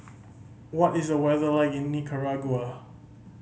what is the weather like in Nicaragua